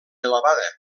elevada